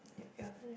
your your turn right